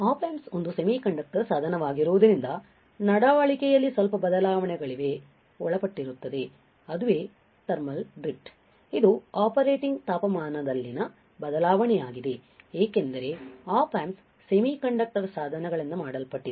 Op Amps ಒಂದು semiconductor ಸಾಧನವಾಗಿರುವುದರಿಂದ ನಡವಳಿಕೆಯಲ್ಲಿ ಸ್ವಲ್ಪ ಬದಲಾವಣೆಗಳಿಗೆ ಒಳಪಟ್ಟಿರುತ್ತದೆ ಅದುವೇ ಥರ್ಮಲ್ ಡ್ರಿಫ್ಟ್ ಇದು ಆಪರೇಟಿಂಗ್ ತಾಪಮಾನದಲ್ಲಿನ ಬದಲಾವಣೆಯಾಗಿದೆ ಏಕೆಂದರೆ ಆಪ್ ಆಂಪ್ಸ್ ಸೆಮಿಕಂಡಕ್ಟರ್ ಸಾಧನಗಳಿಂದ ಮಾಡಲ್ಪಟ್ಟಿದೆ